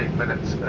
and minutes